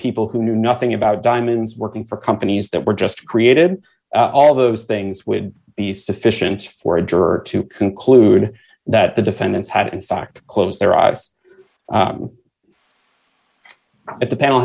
people who knew nothing about diamonds working for companies that were just created all those things would be sufficient for a juror to conclude that the defendants had in fact closed their eyes at the panel